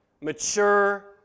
mature